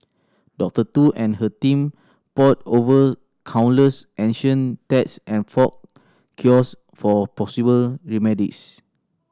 Doctor Tu and her team pored over countless ancient texts and folk cures for possible remedies